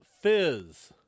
Fizz